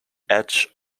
edge